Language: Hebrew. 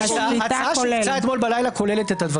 ההצעה אתמול בלילה כוללת את הדברים האלה.